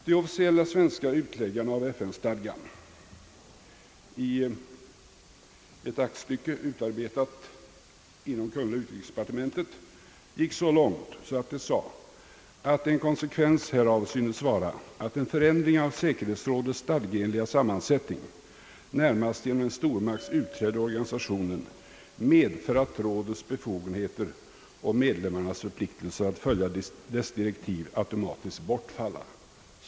De officiella svenska utläggarna av FN-stadgan gick i ett aktstycke, utarbetat inom kungl. utrikesdepartementet, så långt att de sade att en »självfallen konsekvens härav synes vara att en förändring av säkerhetsrådets stadgeenliga sammansättning, närmast genom en stormakts utträde ur organisationen, medför, att rådets befogenheter och medlemmarnas förpliktelser att följa dess direktiv automatiskt bortfalla».